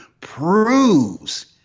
proves